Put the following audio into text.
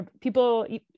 people